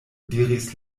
diris